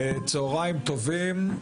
שלום לכולם,